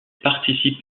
participe